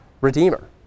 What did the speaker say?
redeemer